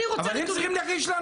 אבל הם צריכים להגיש לנו.